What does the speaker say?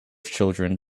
children